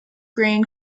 grain